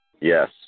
Yes